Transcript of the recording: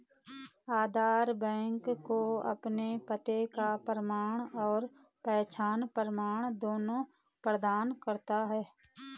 आधार bank को आपके पते का प्रमाण और पहचान प्रमाण दोनों प्रदान करता है